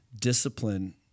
discipline